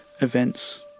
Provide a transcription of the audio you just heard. Events